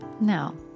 Now